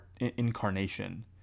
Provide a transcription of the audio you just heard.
incarnation